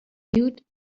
mute